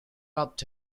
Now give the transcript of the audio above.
rubbed